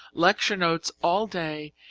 lecture notes all day,